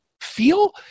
feel